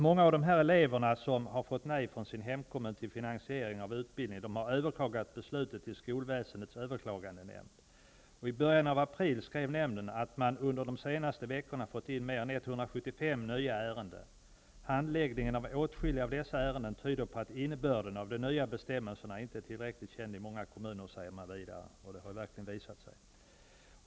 Många av de elever som fått nej av sin hemkommun när det gäller finansiering av deras utbildning har överklagat beslutet till skolväsendets överklagandenämnd. I början av april skrev nämnden att den under de senaste veckorna fått in mer än 175 nya ärenden. Man säger vidare att handläggningen av åtskilliga av dessa ärenden tyder på att innebörden av den nya bestämmelsen inte är tillräckligt känd i många kommuner, och det har verkligen visat sig.